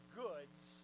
goods